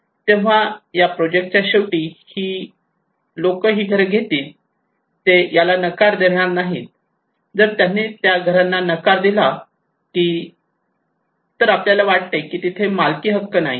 तेव्हा या प्रोजेक्टच्या शेवटी लोक ही घरे घेतील ते याला नकार देणार नाही जर त्यांनी त्या घरांना नकार दिला तर आपल्याला वाटते की तिथे मालकी हक्क नाही